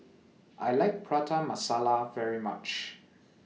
I like Prata Masala very much